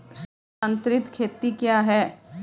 स्थानांतरित खेती क्या है?